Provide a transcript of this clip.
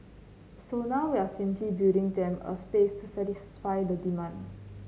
so now we are simply building them a space to satisfy the demand